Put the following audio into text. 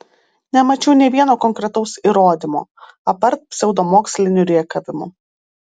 nemačiau nė vieno konkretaus įrodymo apart pseudomokslinių rėkavimų